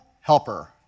helper